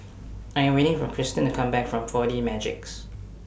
I Am waiting For Christen to Come Back from four D Magix